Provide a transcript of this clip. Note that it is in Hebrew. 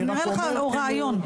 אעלה רעיון.